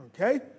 Okay